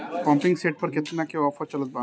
Pumping set पर केतना के ऑफर चलत बा?